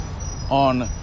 on